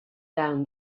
down